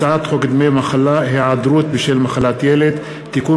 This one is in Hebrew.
הצעת חוק דמי מחלה (היעדרות בשל מחלת ילד) (תיקון